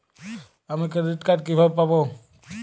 আমি credit card কিভাবে পাবো?